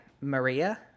Maria